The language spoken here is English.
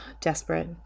desperate